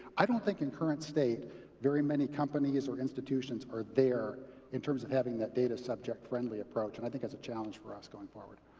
i don't think in current state very many companies or institutions are there in terms of having that data subject-friendly approach. and i think that's a challenge for us going forward.